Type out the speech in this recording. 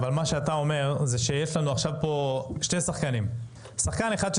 אתה אומר שיש לנו שני שחקנים: שחקן אחד זה